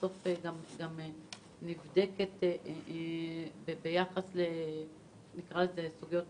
נבדקת גם ביחס לסוגיות